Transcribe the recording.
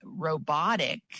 robotic